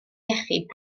iechyd